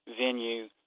venue